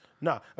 No